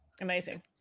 Amazing